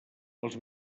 els